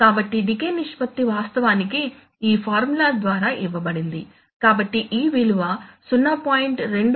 కాబట్టి డికే నిష్పత్తి వాస్తవానికి ఈ ఫార్ములా ద్వారా ఇవ్వబడింది కాబట్టి ఈ విలువ 0